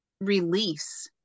release